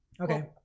Okay